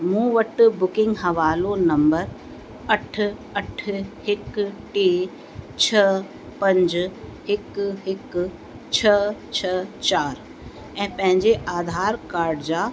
मूं वटि बुकिंग हवालो नंबर अठ अठ हिकु टे छह पंज हिकु हिकु छह छह चारि ऐं पंहिंजे आधार काड जा